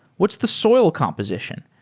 what's the soil composition?